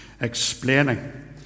Explaining